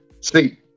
see